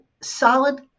solid